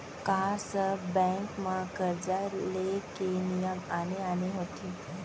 का सब बैंक म करजा ले के नियम आने आने होथे?